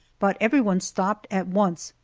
but everyone stopped at once,